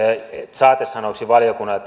saatesanoiksi valiokunnalle